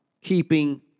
keeping